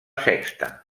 sexta